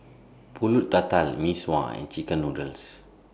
Pulut Tatal Mee Sua and Chicken Noodles